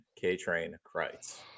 K-Train-Kreitz